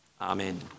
Amen